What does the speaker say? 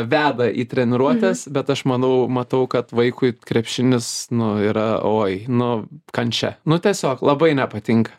veda į treniruotes bet aš manau matau kad vaikui krepšinis nu yra oi nu kančia nu tiesiog labai nepatinka